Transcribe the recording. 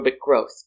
growth